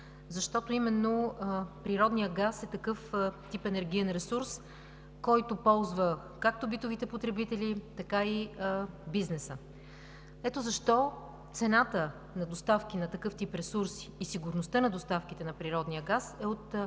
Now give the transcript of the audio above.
защото именно природният газ е такъв тип енергиен ресурс, който се ползва както от битовите потребители, така и от бизнеса. Ето защо цената на доставките на такъв тип ресурси и сигурността на доставките на природния газ е от